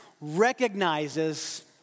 recognizes